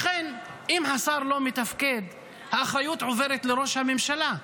לכן אם השר לא מתפקד, האחריות עוברת לראש הממשלה.